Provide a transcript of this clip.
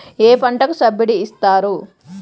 ఏ పంటకు సబ్సిడీ ఇస్తారు?